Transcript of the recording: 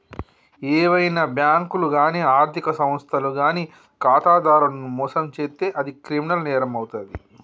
ఏవైనా బ్యేంకులు గానీ ఆర్ధిక సంస్థలు గానీ ఖాతాదారులను మోసం చేత్తే అది క్రిమినల్ నేరమవుతాది